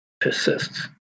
persists